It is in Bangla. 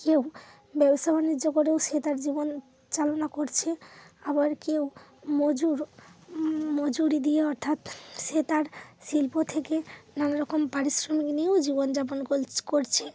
কেউ ব্যবসা বাণিজ্য করেও সে তার জীবন চালনা করছে আবার কেউ মজুর মজুরি দিয়ে অর্থাৎ সে তার শিল্প থেকে নানা রকম পারিশ্রমিক নিয়েও জীবন যাপন কলছ করছে